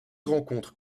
rencontres